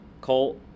Colt